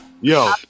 Yo